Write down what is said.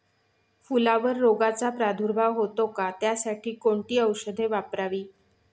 फुलावर रोगचा प्रादुर्भाव होतो का? त्यासाठी कोणती औषधे वापरावी?